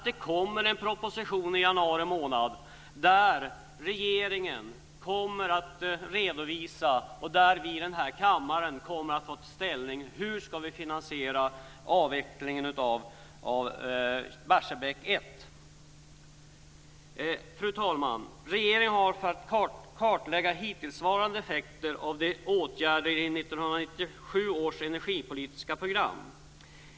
Det kommer en proposition i januari månad där regeringen kommer att redovisa detta. Vi kommer att här i kammaren få ta ställning till hur vi ska finansiera avvecklingen av Barsebäck 1. Fru talman! Regeringen har kartlagt hittillsvarande effekter av åtgärderna i 1997 års energipolitiska program.